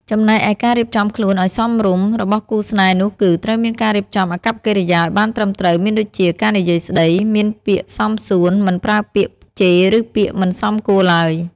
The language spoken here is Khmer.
ចំណែកឯការរៀបចំខ្លួនឱ្យសមរម្យរបស់គូរស្នេហ៍នោះគឺ ត្រូវមានការរៀបចំអាកប្បកិរិយាឱ្យបានត្រឹមត្រូវមានដូចជា ការនិយាយស្តី មានពាក្យសមសួន មិនប្រើពាក្យជេឬពាក្យមិនសមគួរឡើយ។